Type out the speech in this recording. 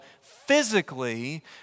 physically